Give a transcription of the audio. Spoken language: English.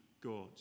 God